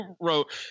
wrote